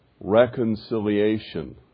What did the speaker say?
Reconciliation